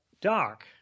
dark